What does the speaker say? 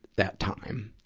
that time.